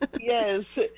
yes